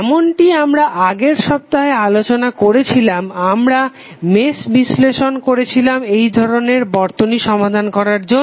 যেমনটি আমরা আগের সপ্তাহে আলোচনা করেছিলাম আমরা মেশ বিশ্লেষণ করেছিলাম এই ধরনের বর্তনী সমাধান করার জন্য